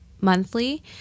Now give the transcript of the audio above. monthly